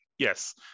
Yes